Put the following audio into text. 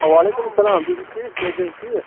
وعلیکُم سلام تُہۍ چھُو ٹھیٖک صحت چھِ حظ ٹھیٖک